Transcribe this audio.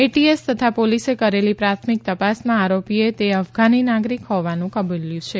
ATS તથા પોલીસે કરેલી પ્રાથમિક તપાસમાં આરોપીએ તે અફઘાની નાગરિક હોવાનું કબૂલ્યું છે